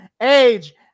Age